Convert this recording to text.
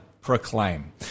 proclaim